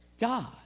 God